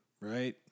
right